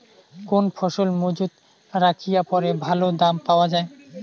কোন ফসল মুজুত রাখিয়া পরে ভালো দাম পাওয়া যায়?